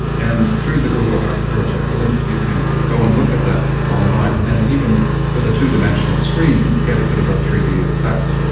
and through the google art project links you can go and look at that online and even with a two-dimensional screen get a bit of a three d effect.